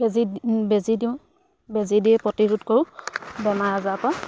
KG বেজী দিওঁ বেজী দিয়ে প্ৰতিৰোধ কৰোঁ বেমাৰ আজাৰৰ পৰা